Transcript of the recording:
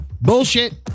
Bullshit